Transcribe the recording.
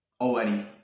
already